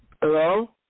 Hello